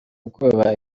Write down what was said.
ubwoba